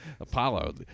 Apollo